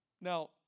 Now